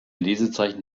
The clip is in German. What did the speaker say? lesezeichen